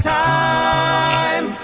time